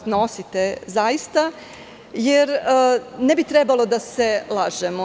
Snosite zaista, jer ne bi trebalo da se lažemo.